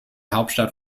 hauptstadt